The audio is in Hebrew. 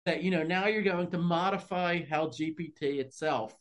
That you know, now you're going to modify how GPT itself